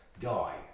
Guy